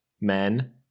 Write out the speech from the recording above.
men